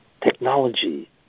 technology